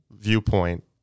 viewpoint